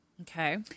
Okay